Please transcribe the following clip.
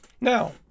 now